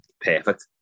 perfect